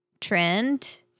trend